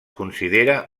considera